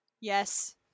yes